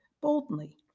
boldly